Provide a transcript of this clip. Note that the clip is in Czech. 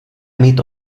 mít